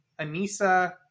Anissa